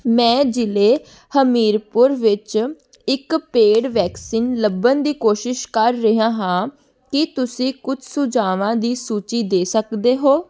ਮੈਂ ਜ਼ਿਲ੍ਹੇ ਹਮੀਰਪੁਰ ਵਿੱਚ ਇੱਕ ਪੇਡ ਵੈਕਸੀਨ ਲੱਭਣ ਦੀ ਕੋਸ਼ਿਸ਼ ਕਰ ਰਿਹਾ ਹਾਂ ਕੀ ਤੁਸੀਂ ਕੁਝ ਸੁਝਾਵਾਂ ਦੀ ਸੂਚੀ ਦੇ ਸਕਦੇ ਹੋ